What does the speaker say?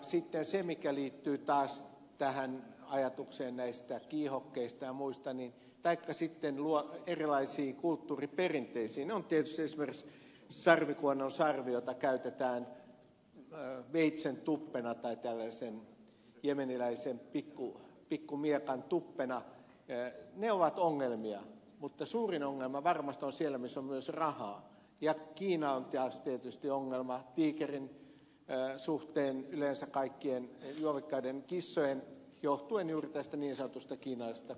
sitten ne mitkä liittyvät taas tähän ajatukseen näistä kiihokkeista ja muista taikka sitten erilaisiin kulttuuriperinteisiin tietysti esimerkiksi sarvikuonon sarvi jota käytetään veitsen tuppena tai tällaisen jemeniläisen pikkumiekan tuppena ovat ongelmia mutta suurin ongelma varmasti on siellä missä on myös rahaa ja kiina on taas tietysti ongelma tiikerin suhteen yleensä kaikkien juovikkaiden kissojen johtuen juuri tästä niin sanotusta kiinalaisesta lääketieteestä